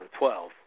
2012